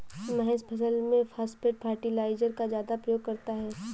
महेश फसल में phosphate fertilizer का ज्यादा प्रयोग करता है